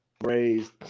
raised